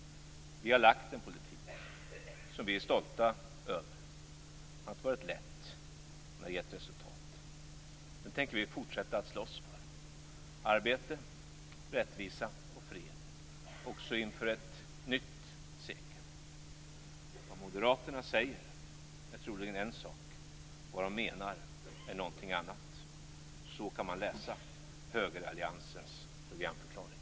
Vi har lagt fram en politik som vi är stolta över. Det har inte varit lätt, men det har gett resultat. Det tänker vi fortsätta att slåss för - dvs. arbete, rättvisa och fred - också inför ett nytt sekel. Vad Moderaterna säger är en sak, och vad de menar är någonting annat. Så kan man läsa högeralliansens programförklaring.